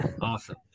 awesome